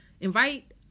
Invite